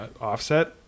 offset